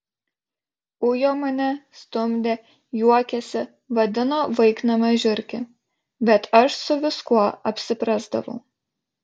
ujo mane stumdė juokėsi vadino vaiknamio žiurke bet aš su viskuo apsiprasdavau